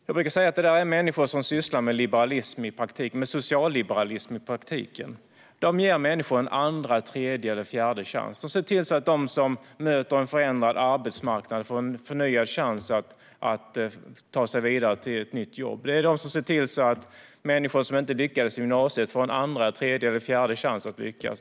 Jag brukar säga att det är människor som sysslar med socialliberalism i praktiken. De ger människor en andra, tredje eller fjärde chans. De ser till att de som möter en förändrad arbetsmarknad får en förnyad chans att ta sig vidare till ett nytt jobb. Det är de som ser till att människor som inte lyckades i gymnasiet får en andra, tredje eller fjärde chans att lyckas.